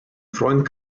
freund